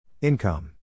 Income